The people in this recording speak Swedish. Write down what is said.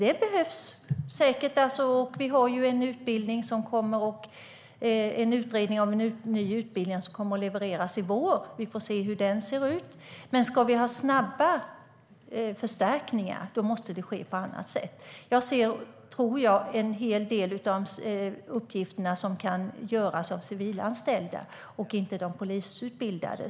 Det behövs säkert också, och vi har ju en utredning om en ny utbildning som kommer att levereras i vår. Vi får se hur den ser ut. Men ska vi ha snabba förstärkningar måste det ske på annat sätt. Jag tror att den främsta åtgärden är att en hel del uppgifter kan göras av civilanställda i stället för de polisutbildade.